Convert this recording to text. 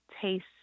taste